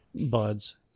Bud's